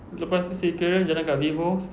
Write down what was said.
lepas pergi sea aquarium jalan dekat vivo